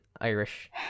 Irish